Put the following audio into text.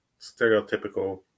stereotypical